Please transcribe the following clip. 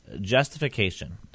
Justification